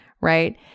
right